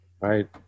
Right